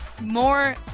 More